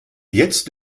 jetzt